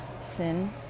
sin